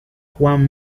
juan